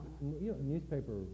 Newspaper